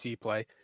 play